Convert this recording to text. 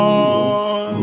on